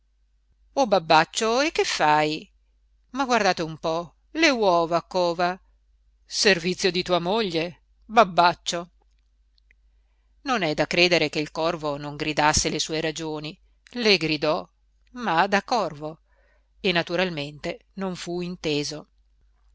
babbaccio e che fai ma guardate un po le uova cova servizio di tua moglie babbaccio non è da credere che il corvo non gridasse le sue ragioni le gridò ma da corvo e naturalmente non fu inteso